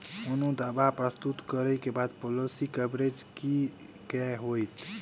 कोनो दावा प्रस्तुत करै केँ बाद पॉलिसी कवरेज केँ की होइत?